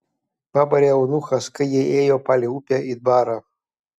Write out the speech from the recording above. pabarė eunuchas kai jie ėjo palei upę į dvarą